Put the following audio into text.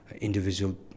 individual